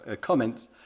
comments